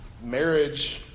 Marriage